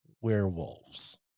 Werewolves